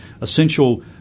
essential